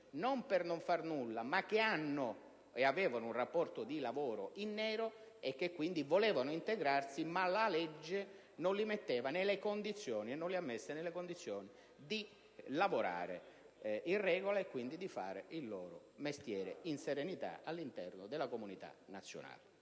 non per non fare nulla, ma che hanno ed avevano un rapporto di lavoro in nero, che volevano integrarsi, ai quali la legge non consentiva e non consente di mettersi nelle condizioni di lavorare in regola e, quindi, di fare il loro mestiere in serenità all'interno della comunità nazionale.